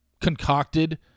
concocted